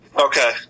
Okay